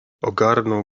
ogarnął